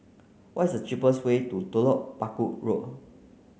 what is the cheapest way to Telok Paku Road